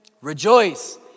rejoice